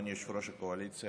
אדוני יושב-ראש הקואליציה,